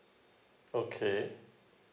okay